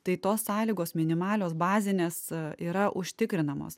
tai tos sąlygos minimalios bazinės yra užtikrinamos